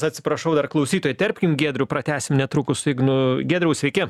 atsiprašau dar klausytoją įterpkim giedrių pratęsim netrukus su ignu giedriau sveiki